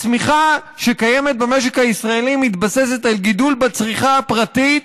הצמיחה שקיימת במשק הישראלי מתבססת על גידול בצריכה הפרטית,